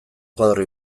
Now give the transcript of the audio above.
koadro